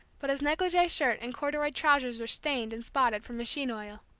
but his negligee shirt and corduroy trousers were stained and spotted from machine oil.